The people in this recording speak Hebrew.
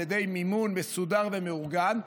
על ידי מימון מסודר ומאורגן.